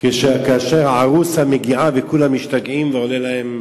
כאשר ה"ערוסה" מגיעה וכולם משתגעים ועולה להם